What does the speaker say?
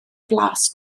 blas